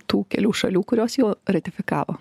tų kelių šalių kurios jau ratifikavo